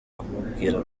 kumubwira